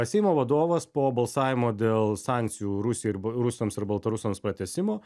seimo vadovas po balsavimo dėl sankcijų rusijai ir rusams ir baltarusams pratęsimo